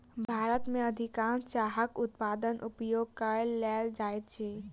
भारत में अधिकाँश चाहक उत्पाद उपयोग कय लेल जाइत अछि